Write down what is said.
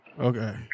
Okay